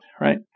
right